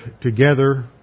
together